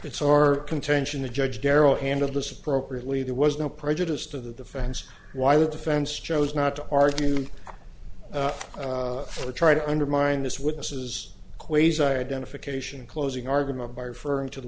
it's our contention that judge darryl handle this appropriately there was no prejudiced of the defense why the defense chose not to argue or try to undermine this witnesses quasar identification closing argument by referring to the